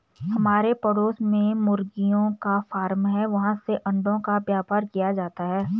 हमारे पड़ोस में मुर्गियों का फार्म है, वहाँ से अंडों का व्यापार किया जाता है